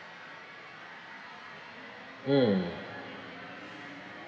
mm